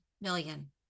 million